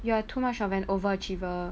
you are too much of an overachiever